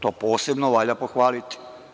To posebno valja pohvaliti.